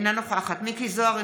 אינה נוכחת מכלוף מיקי זוהר,